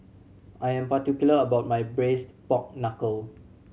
I'm particular about my Braised Pork Knuckle